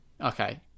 Okay